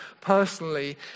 personally